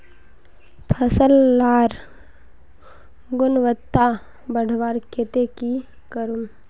फसल लार गुणवत्ता बढ़वार केते की करूम?